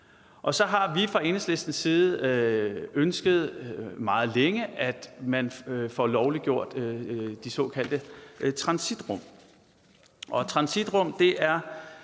Vi har så fra Enhedslistens side meget længe ønsket, at man får lovliggjort de såkaldte transitrum.